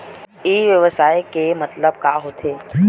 ई व्यवसाय के मतलब का होथे?